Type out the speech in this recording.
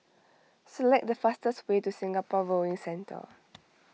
select the fastest way to Singapore Rowing Centre